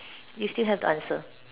you still have to answer